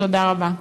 תודה רבה.